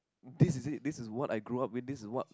this is it this is what I grew up with this is what